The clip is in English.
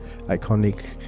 iconic